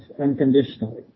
unconditionally